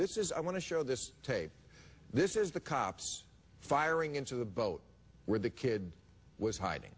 this is i want to show this tape this is the cops firing into the boat where the kid was hiding